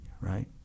right